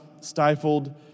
stifled